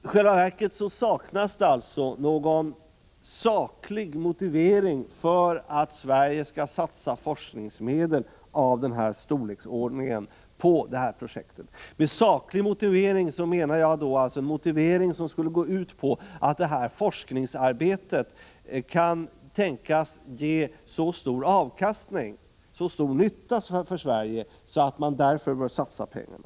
I själva verket saknas någon saklig motivering för att Sverige skall satsa forskningsmedel av denna storlek på detta projekt. Med saklig motivering menar jag då en motivering, som skulle gå ut på att detta forskningsarbete kan tänkas ge så stor avkastning och vara till så stor nytta för Sverige att man därför bör satsa pengarna.